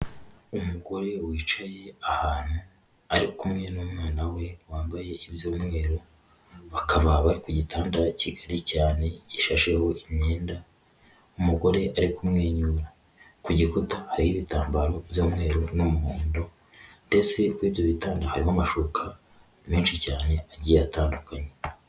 Umugore wicaye ahantu ari kumwe n'umwana we wambaye iby'umweru, bakaba bari ku gitanda kigari cyane gishaho imyenda, umugore ari kumwenyura, ku gikuta hari ibitambaro by'umweru n'umuhondo ndetse kuri ibyo bitanda hariho amashuka menshi cyane agiye atandukanye.